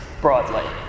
broadly